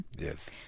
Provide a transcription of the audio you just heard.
yes